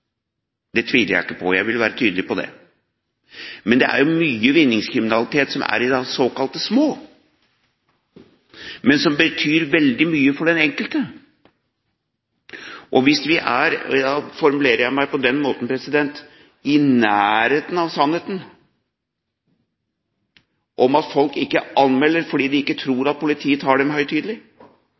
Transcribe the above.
det tviler jeg ikke på, jeg vil være tydelig på det. Men det er jo mye vinningskriminalitet som er i det såkalte små, men som betyr veldig mye for den enkelte. Hvis vi – nå formulerer jeg meg på denne måten – er i nærheten av sannheten når folk ikke anmelder fordi de ikke tror at politiet tar dem